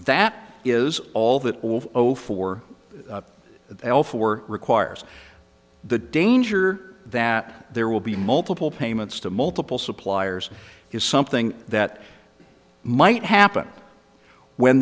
that is all that all over for the oil for requires the danger that there will be multiple payments to multiple suppliers is something that might happen when